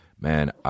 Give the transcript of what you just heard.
man